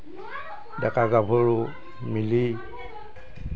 ডেকা গাভৰু মিলি